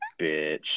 Bitch